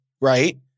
right